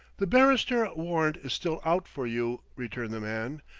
the bannister warrant is still out for you, returned the man.